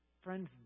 Friends